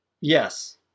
Yes